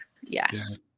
yes